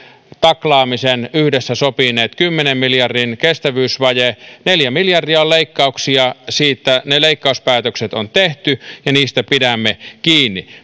taklaamisen yhdessä sopineet kymmenen miljardin kestävyysvaje neljä miljardia siitä on leikkauksia ne leikkauspäätökset on tehty ja niistä pidämme kiinni